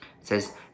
says